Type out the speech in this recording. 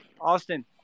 Austin